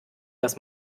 dass